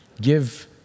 Give